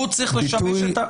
זו